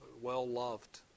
well-loved